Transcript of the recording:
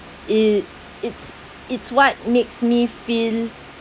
it it's it's what makes me feel